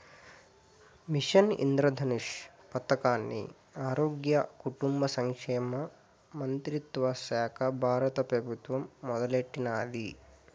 machine Indradhanush పదకాన్ని ఆరోగ్య, కుటుంబ సంక్షేమ మంత్రిత్వశాక బారత పెబుత్వం మొదలెట్టినాది